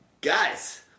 guys